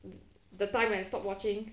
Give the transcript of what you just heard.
the time I stopped watching